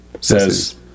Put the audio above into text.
says